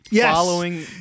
following